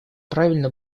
правильно